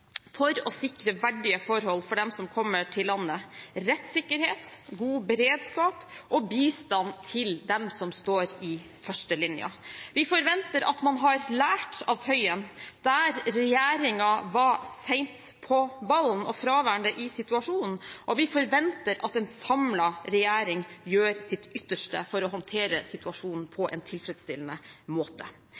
for å sikre verdige forhold for dem som kommer til landet, med rettssikkerhet, god beredskap og bistand til dem som står i førstelinjen. Vi forventer at man har lært av Tøyen, der regjeringen var sent på ballen og fraværende i situasjonen, og vi forventer at en samlet regjering gjør sitt ytterste for å håndtere situasjonen på en tilfredsstillende måte.